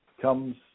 comes